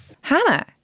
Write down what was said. Hannah